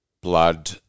blood